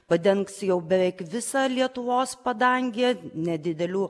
padengs jau beveik visą lietuvos padangę nedidelių